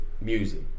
music